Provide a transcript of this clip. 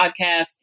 podcast